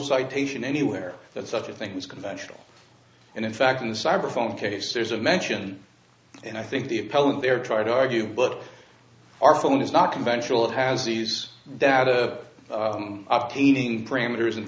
citation anywhere that such a thing is conventional and in fact in the cyber phone case there's a mention and i think the appellant there try to argue but our phone is not conventional it has these data up caning parameters and